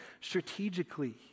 strategically